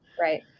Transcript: Right